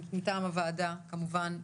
מטעם הוועדה כמובן,